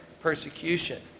persecution